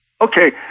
Okay